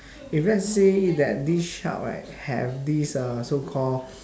if let's say that this shark right have this uh so call